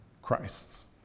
Christ's